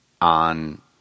on